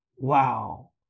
Wow